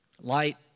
Light